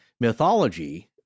mythology